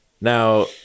Now